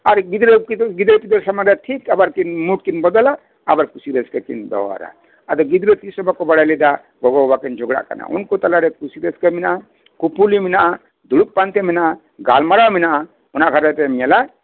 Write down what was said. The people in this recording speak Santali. ᱟᱨ ᱜᱤᱫᱽᱨᱟᱹ ᱜᱤᱫᱽᱨᱟᱹ ᱯᱤᱫᱽᱨᱟᱹ ᱥᱟᱢᱟᱝᱨᱮ ᱴᱷᱤᱠ ᱟᱵᱟᱨ ᱨᱩᱯ ᱠᱤᱱ ᱵᱚᱫᱚᱞᱟ ᱟᱵᱟᱨ ᱠᱩᱥᱤ ᱨᱟᱹᱥᱠᱟᱹ ᱠᱤᱱ ᱵᱮᱣᱦᱟᱨᱟ ᱟᱫᱚ ᱜᱤᱫᱽᱨᱟᱹ ᱛᱤᱥᱦᱚᱸ ᱵᱟᱠᱚ ᱵᱟᱲᱟᱭ ᱞᱮᱫᱟ ᱜᱚᱜᱚ ᱵᱟᱵᱟ ᱠᱤᱱ ᱡᱷᱚᱜᱽᱲᱟᱜ ᱠᱟᱱᱟ ᱩᱱᱠᱩ ᱛᱟᱞᱟᱨᱮ ᱠᱩᱥᱤ ᱨᱟᱹᱥᱠᱟᱹ ᱢᱮᱱᱟᱜᱼᱟ ᱠᱩᱯᱩᱞᱤ ᱢᱮᱱᱟᱜᱼᱟ ᱫᱩᱲᱩᱵ ᱯᱟᱱᱛᱮ ᱢᱮᱱᱟᱜᱼᱟ ᱜᱟᱞᱢᱟᱨᱟᱣ ᱢᱮᱱᱟᱜᱼᱟ ᱚᱱᱟ ᱜᱷᱟᱸᱨᱚᱡᱽ ᱨᱮᱢ ᱧᱮᱞᱟ